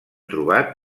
trobat